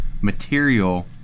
material